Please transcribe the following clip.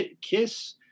Kiss